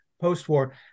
post-war